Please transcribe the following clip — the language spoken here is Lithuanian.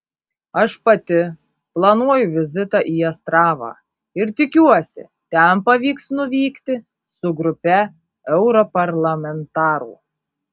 aš pati planuoju vizitą į astravą ir tikiuosi ten pavyks nuvykti su grupe europarlamentarų